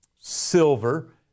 silver